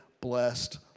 blessed